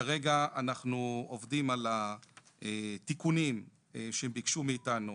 וכרגע אנחנו עובדים על התיקונים שביקשו מאיתנו,